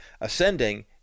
ascending